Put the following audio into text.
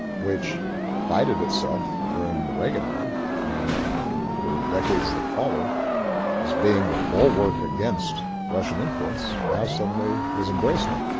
which prided itself during the reagan era and for decades that followed as being the bulwark against russian influence, now suddenly is embracing him.